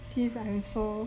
since I am so